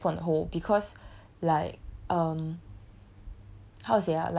as in the nicole one still need to put on hold because like um